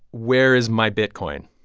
where is my bitcoin?